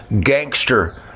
gangster